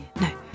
No